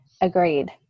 Agreed